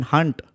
Hunt